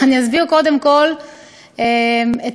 אני אסביר קודם כול את